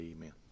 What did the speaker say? Amen